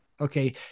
Okay